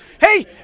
Hey